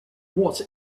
what